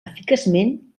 eficaçment